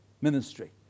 ministry